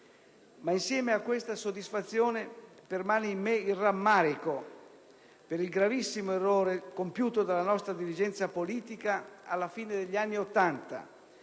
Ma insieme a questa soddisfazione permane in me il rammarico per il gravissimo errore compiuto dalla nostra dirigenza politica alla fine degli anni Ottanta,